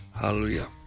Hallelujah